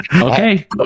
Okay